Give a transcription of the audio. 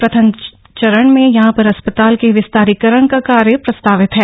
प्रथम चरण में यहां पर अस्पताल के विस्तारीकरण का कार्य प्रस्तावित है